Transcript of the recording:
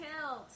killed